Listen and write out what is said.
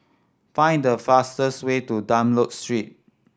find the fastest way to Dunlop Street